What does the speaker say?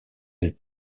elles